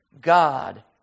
God